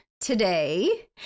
today